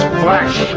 flash